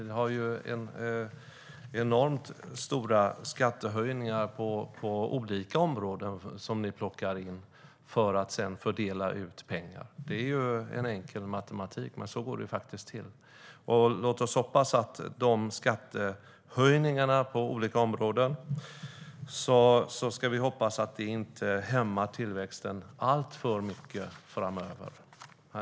Ni gör enormt stora skattehöjningar på olika områden, som ni plockar in för att sedan fördela ut pengar. Det är enkel matematik, men så går det faktiskt till. Låt oss hoppas att de skattehöjningarna på olika områden inte hämmar tillväxten alltför mycket framöver.